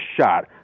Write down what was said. shot